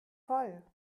voll